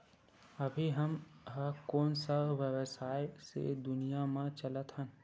अभी हम ह कोन सा व्यवसाय के दुनिया म चलत हन?